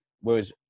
Whereas